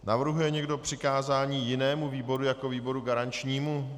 Navrhuje někdo přikázání jinému výboru jako výboru garančnímu?